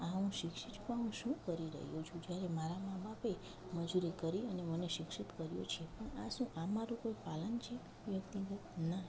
હા હું શિક્ષિત પણ હું શું કરી રહ્યો છું જ્યારે મારા મા બાપએ મજૂરી કરી અને મને શિક્ષિત કર્યો છે શું આ મારું કોઈ પાલન છે વ્યક્તિગત ના